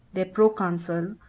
their proconsul,